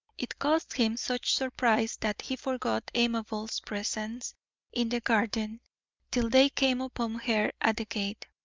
it caused him such surprise that he forgot amabel's presence in the garden till they came upon her at the gate.